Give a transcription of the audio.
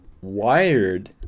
Wired